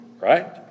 right